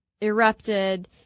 erupted